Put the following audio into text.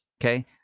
okay